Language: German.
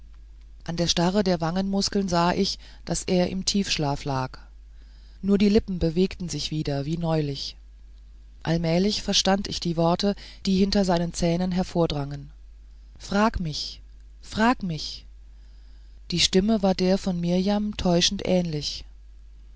an der starre der wangenmuskeln sah ich daß er im tiefschlaf lag nur die lippen bewegten sich wieder wie neulich und allmählich verstand ich die worte die hinter seinen zähnen hervordrangen frag mich frag mich die stimme war der von mirjam täuschend ähnlich